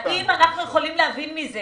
האם אנחנו יכולים להבין מזה